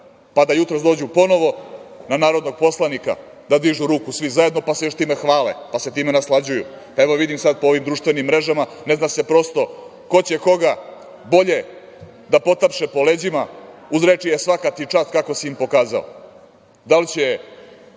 pa da jutros dođu ponovo na narodnog poslanika da dižu ruku svi zajedno, pa se još time hvale, pa se time naslađuju. Evo, vidim sada po ovim društvenim mrežama, ne zna se prosto ko će koga bolje da potapše po leđima uz reči – e, svaka ti čast kako si im pokazao.